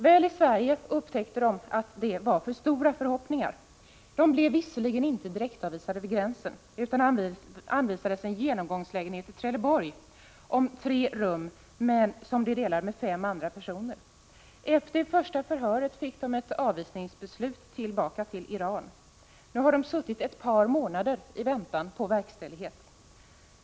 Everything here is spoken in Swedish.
Väl i Sverige upptäckte familjen att det var för stora förhoppningar. Familjen blev visserligen inte direktavvisad vid gränsen utan anvisades en genomgångslägenhet i Trelleborg om tre rum som familjen delar med fem andra personer. Efter det första förhöret fick familjen ett avvisningsbeslut tillbaka till Iran. Nu har man suttit ett par månader i väntan på verkställighet.